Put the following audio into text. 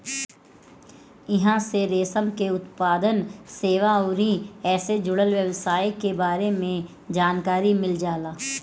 इहां से रेशम के उत्पादन, सेवा अउरी एसे जुड़ल व्यवसाय के बारे में जानकारी मिल जाला